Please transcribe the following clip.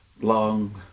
long